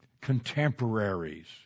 contemporaries